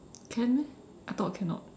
can meh I thought cannot